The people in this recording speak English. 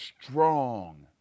strong